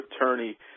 attorney